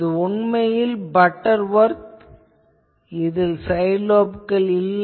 இது உண்மையில் பட்டர்வொர்த் இதில் சைட் லோப்கள் இல்லை